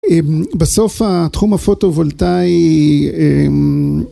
בסוף התחום הפוטו וולטאי